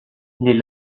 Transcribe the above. les